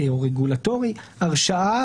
הרשאה,